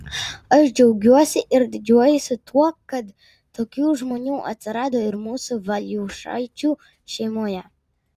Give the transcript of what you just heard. aš džiaugiuosi ir didžiuojuosi tuo kad tokių žmonių atsirado ir mūsų valiušaičių šeimoje